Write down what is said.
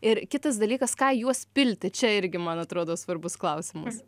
ir kitas dalykas ką į juos pilti čia irgi man atrodo svarbus klausimas